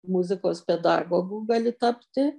muzikos pedagogu gali tapti